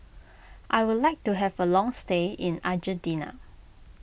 I would like to have a long stay in Argentina